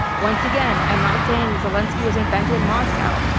once again, i'm not saying zelenskiy was invented in moscow.